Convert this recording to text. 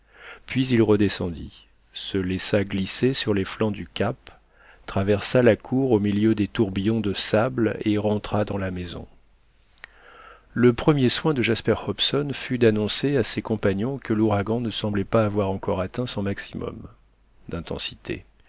puis il redescendit se laissa glisser sur les flancs du cap traversa la cour au milieu des tourbillons de sable et rentra dans la maison le premier soin de jasper hobson fut d'annoncer à ses compagnons que l'ouragan ne semblait pas avoir encore atteint son maximum d'intensité